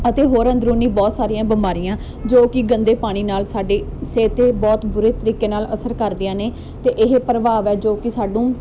ਅਤੇ ਹੋਰ ਅੰਦਰੂਨੀ ਬਹੁਤ ਸਾਰੀਆਂ ਬਿਮਾਰੀਆਂ ਜੋ ਕਿ ਗੰਦੇ ਪਾਣੀ ਨਾਲ ਸਾਡੀ ਸਿਹਤ 'ਤੇ ਬਹੁਤ ਬੁਰੇ ਤਰੀਕੇ ਨਾਲ ਅਸਰ ਕਰਦੀਆਂ ਨੇ ਅਤੇ ਇਹ ਪ੍ਰਭਾਵ ਹੈ ਜੋ ਕਿ ਸਾਨੂੰ